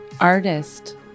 artist